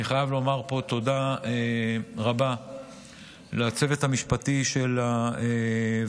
אני חייב לומר פה תודה רבה לצוות המשפטי של הוועדה,